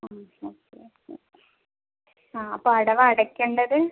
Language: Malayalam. ഒ ഓക്കെ ഓക്കെ ആ അപ്പോൾ അടവ് അടയ്ക്കണ്ടത്